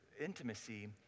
Intimacy